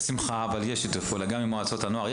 בשמחה, אבל יש שיתוף פעולה, גם עם מועצות הנוער.